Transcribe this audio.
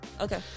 Okay